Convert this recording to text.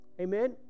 Amen